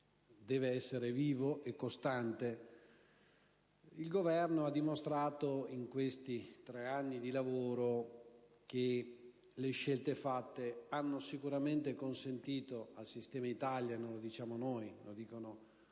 Il Governo ha dimostrato in questi tre anni di lavoro che le scelte fatte hanno sicuramente consentito al sistema Italia - non lo diciamo noi, ma gli